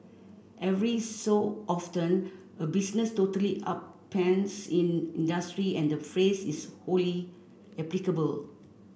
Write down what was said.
every so often a business totally upends in industry and the phrase is wholly applicable